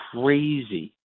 crazy